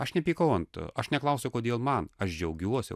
aš nepykau ant aš neklausiau kodėl man aš džiaugiuosi